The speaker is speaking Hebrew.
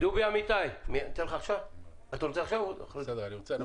בבקשה, פינדרוס.